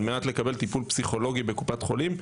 על מנת לקבל טיפול פסיכולוגי בקופת חולים,